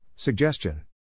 Suggestion